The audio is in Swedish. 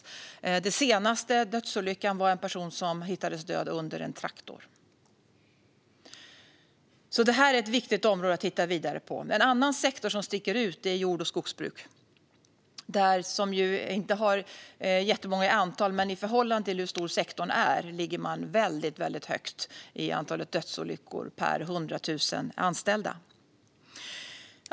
Vid den senaste dödsolyckan hittades en person död under en traktor. Detta är ett viktigt område att titta vidare på. En annan sektor som sticker ut är jord och skogsbruk. Dödsolyckorna där är inte jättemånga i antal, men i förhållande till hur stor sektorn är ligger man väldigt högt i antal dödsolyckor per 100 000 anställda.